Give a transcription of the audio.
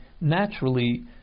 naturally